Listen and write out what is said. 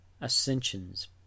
ascensions